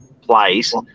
place